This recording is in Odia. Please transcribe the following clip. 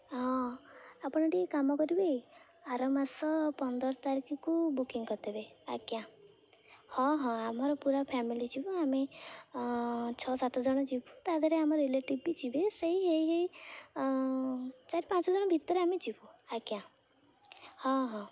ହଁ ଆପଣ ଟିକିଏ କାମ କରିବେ ଆର ମାସ ପନ୍ଦର ତାରିଖକୁ ବୁକିଂ କରିଦେବେ ଆଜ୍ଞା ହଁ ହଁ ଆମର ପୁରା ଫ୍ୟାମିଲି ଯିବୁ ଆମେ ଛଅ ସାତ ଜଣ ଯିବୁ ତା' ଦେହରେ ଆମର ରିଲେଟିଭ୍ ବି ଯିବେ ସେଇ ହେଇ ହେଇ ଚାରି ପାଞ୍ଚ ଜଣ ଭିତରେ ଆମେ ଯିବୁ ଆଜ୍ଞା ହଁ ହଁ